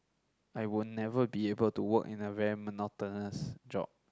I will never be able to work in a very monotonous job